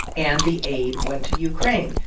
and the aid went to ukraine.